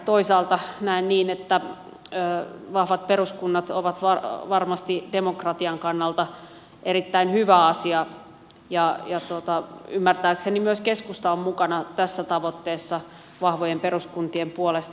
toisaalta näen niin että vahvat peruskunnat ovat varmasti demokratian kannalta erittäin hyvä asia ja ymmärtääkseni myös keskusta on mukana tässä tavoitteessa vahvojen peruskuntien puolesta